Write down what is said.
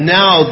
now